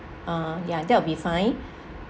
uh yeah that will be fine